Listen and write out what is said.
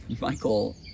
Michael